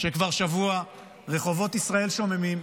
שכבר שבוע רחובות ישראל שוממים,